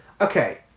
Okay